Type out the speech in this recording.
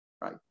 right